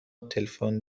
تلفن